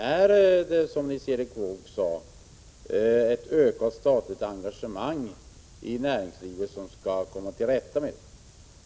Är det genom ett statligt engagemang i näringslivet, som Nils Erik Wååg talade om?